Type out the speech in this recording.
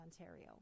Ontario